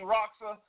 Roxa